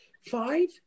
Five